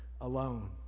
alone